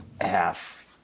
half